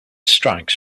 strikes